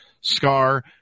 SCAR